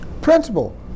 principal